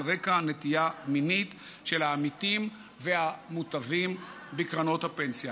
רקע נטייה מינית של העמיתים והמוטבים בקרנות הפנסיה.